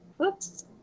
oops